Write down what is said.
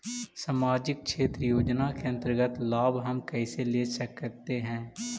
समाजिक क्षेत्र योजना के अंतर्गत लाभ हम कैसे ले सकतें हैं?